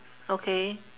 okay